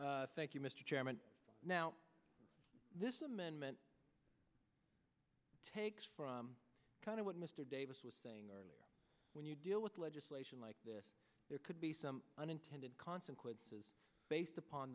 thank you mr chairman now this amendment takes kind of what mr davis was saying earlier when you deal with legislation like this there could be some unintended consequences based upon